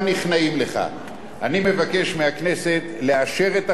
אני מבקש מהכנסת לאשר את החוק הזה בקריאה טרומית,